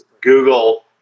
Google